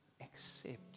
accept